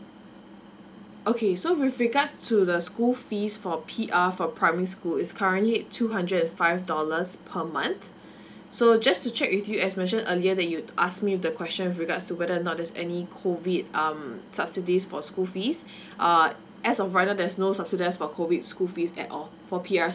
okay so with regards to the school fees for P_R for primary school is currently two hundred five dollars per month so just to check with you as mention earlier that you'd asked me the question with regards to whether or not there's any COVID um subsidies for school fees uh as of right now there's no subsidise for COVID school fee at all for P_R